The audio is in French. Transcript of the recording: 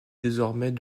désormais